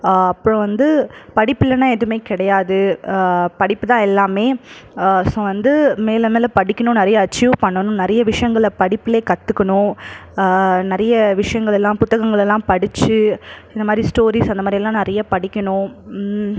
அப்புறம் வந்து படிப்பு இல்லைன்னா எதுவுமே கிடையாது படிப்புதான் எல்லாமே ஸோ வந்து மேலே மேலே படிக்கணும் நறைய அச்சீவ் பண்ணணும் நிறைய விஷயங்களை படிப்பிலே கற்றுக்கணும் நிறைய விஷயங்கள் எல்லாம் புத்தகங்கள் எல்லாம் படித்து இந்த மாதிரி ஸ்டோரீஸ் அந்த மாதிரில்லாம் நிறைய படிக்கணும்